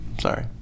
sorry